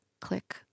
click